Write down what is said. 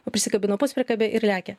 o prisikabino puspriekabę ir lekia